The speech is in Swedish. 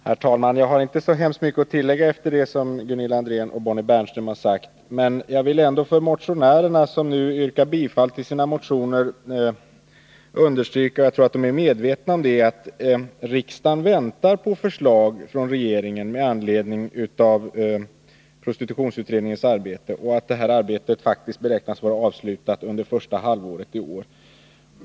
Herr talman! Jag har inte så mycket att tillägga efter vad Gunilla André och Bonnie Bernström har sagt. Men jag vill ändå för motionärerna, som yrkat bifall till sina motioner, understryka att riksdagen väntar på förslag från regeringen med anledning av prostitutionsutredningens arbete — jag tror att de är medvetna om det. Det arbetet beräknas faktiskt vara avslutat under första halvåret i år.